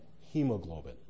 hemoglobin